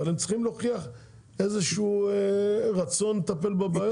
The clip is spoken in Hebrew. אבל הם צריכים להוכיח איזה שהוא רצון לטפל בבעיות האלה.